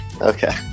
Okay